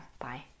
Bye